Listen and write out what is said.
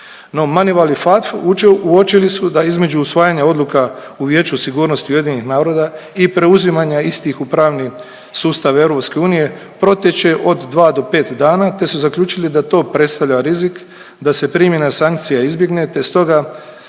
i FATFU uočili su da između usvajanja odluka u Vijeću sigurnosti UN-a i preuzimanja istih u pravni sustav Europske unije protječe od dva do pet dana te su zaključili da to predstavlja rizik da se primjena sankcija izbjegne te stoga